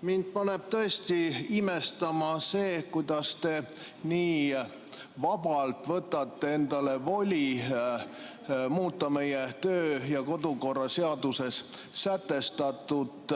Mind paneb tõesti imestama, kuidas te nii vabalt võtate endale voli muuta meie kodu- ja töökorra seaduses sätestatut.